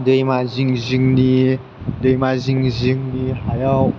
दैमा जिं जिंनि दैमा जिं जिंनि हायाव